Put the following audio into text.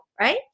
right